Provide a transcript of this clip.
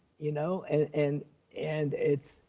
you know, and and and it's,